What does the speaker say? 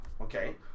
okay